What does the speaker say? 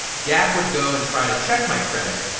gap would go and try to check my credit,